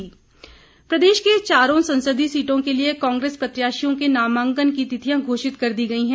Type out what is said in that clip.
नामांकन प्रदेश के चारों संसदीय सीटों के लिये कांग्रेस प्रत्याशियों के नामांकन की तिथियां घोषित कर दी गई हैं